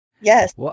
Yes